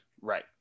Right